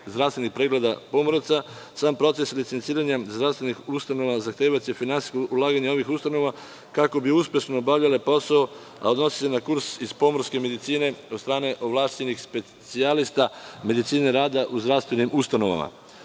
zdravstvenih pregleda pomoraca. Sam proces recenziranja zdravstvenih ustanova zahtevaće finansijsko ulaganje ovih ustanova kako bi uspešno obavljale posao a odnosi se na kurs iz pomorske medicine od strane ovlašćenih specijalista medicine rada u zdravstvenim ustanovama.U